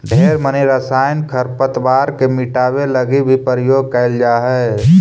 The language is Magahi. ढेर मनी रसायन खरपतवार के मिटाबे लागी भी प्रयोग कएल जा हई